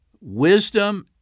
wisdom